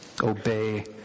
obey